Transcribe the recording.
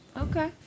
Okay